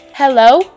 Hello